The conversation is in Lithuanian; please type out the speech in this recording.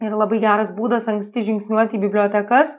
ir labai geras būdas anksti žingsniuot į bibliotekas